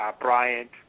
Bryant